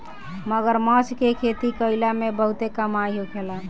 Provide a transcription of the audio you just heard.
मगरमच्छ के खेती कईला में बहुते कमाई होखेला